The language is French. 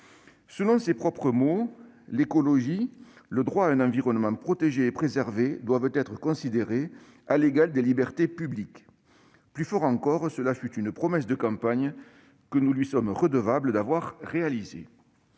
rappelle ses termes :« L'écologie, le droit à l'environnement protégé et préservé doivent être considérés à l'égal des libertés publiques. » Plus fort encore, ce fut une promesse de campagne, et nous lui sommes redevables de l'avoir mise